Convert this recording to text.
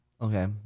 Okay